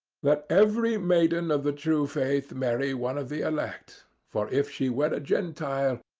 let every maiden of the true faith marry one of the elect for if she wed a gentile,